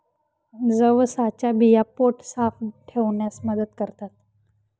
जवसाच्या बिया पोट साफ ठेवण्यास मदत करतात